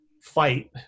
fight